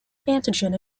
antigen